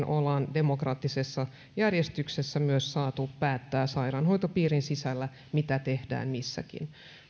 olemme demokraattisessa järjestyksessä myös saaneet päättää sairaanhoitopiirin sisällä mitä tehdään missäkin